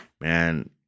man